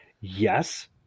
Yes